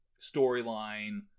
storyline